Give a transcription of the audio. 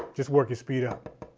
just work your speed up